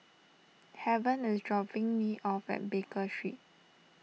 Haven is dropping me off at Baker Street